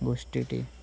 ଗୋଷ୍ଠୀଟି